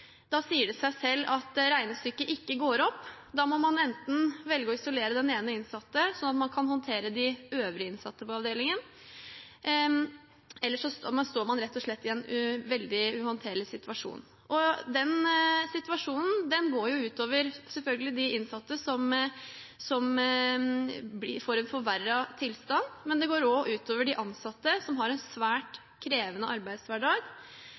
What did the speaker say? Da må man enten velge å isolere den ene innsatte, sånn at man kan håndtere de øvrige innsatte på avdelingen, eller rett og slett stå i en veldig uhåndterlig situasjon. Den situasjonen går selvfølgelig ut over de innsatte, som får en forverret tilstand, men det går også ut over de ansatte, som har en svært krevende arbeidshverdag.